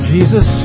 Jesus